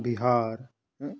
Bihar